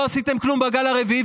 לא עשיתם כלום בגל הרביעי,